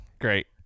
Great